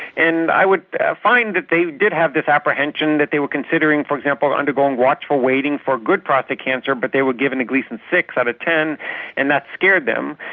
and i would find that they did have this apprehension that they were considering for example undergoing watchful waiting for good prostate cancer but they were given a gleason six out of ten and that scared them.